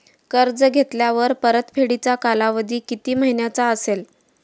कर्ज घेतल्यावर परतफेडीचा कालावधी किती महिन्यांचा असेल?